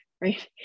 right